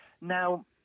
Now